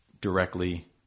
directly